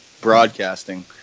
broadcasting